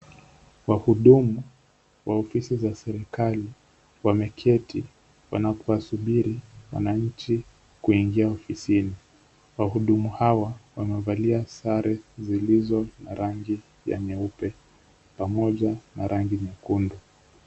Wahudumu wa ofisi za serikali wameketi wanawasubiri wananchi kuingia ofisini. Wahudumu hawa wamevalia sare zilizo na rangi ya nyeupe pamoja na rangi nyekundu.